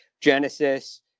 Genesis